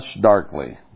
darkly